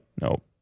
Nope